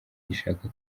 gishaka